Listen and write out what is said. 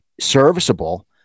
serviceable